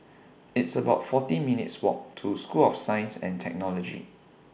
It's about forty minutes' Walk to School of Science and Technology